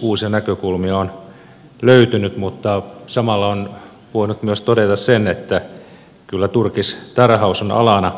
uusia näkökulmia on löytynyt mutta samalla on voinut myös todeta sen että kyllä turkistarhaus on alana